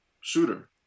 shooter